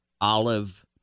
olive